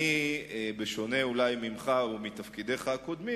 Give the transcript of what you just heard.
בשונה אולי ממך או מתפקידיך הקודמים,